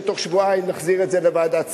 שבתוך שבועיים נחזיר את זה לוועדת שרים,